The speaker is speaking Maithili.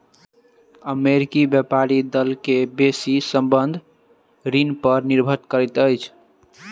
अमेरिकी व्यापारी दल के बेसी संबंद्ध ऋण पर निर्भर करैत अछि